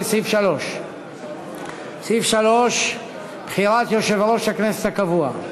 לסעיף 3. סעיף 3: בחירת יושב-ראש הכנסת הקבוע.